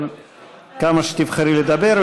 כמה שתבחרי לדבר,